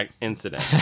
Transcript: incident